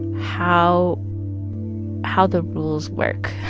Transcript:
how how the rules work.